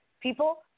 people